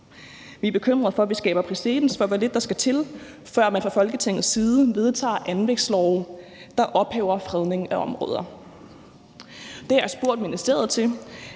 Vi er bekymret for, at vi skaber præcedens for, hvor lidt der skal til, før man fra Folketingets side vedtager anlægslove, der ophæver fredning af områder. Det har jeg spurgt ministeriet til,